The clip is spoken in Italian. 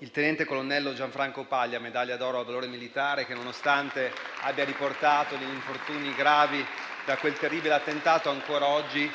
il tenente colonnello Gianfranco Paglia, medaglia d'oro al valore militare, che, nonostante abbia riportato gravi infortuni da quel terribile attentato, ancora oggi